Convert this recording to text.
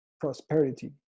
prosperity